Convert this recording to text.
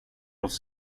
oss